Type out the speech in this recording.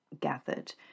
gathered